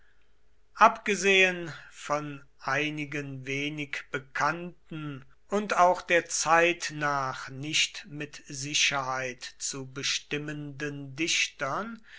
abgesehen von einigen wenig bekannten und auch der zeit nach nicht mit sicherheit zu bestimmenden dichtern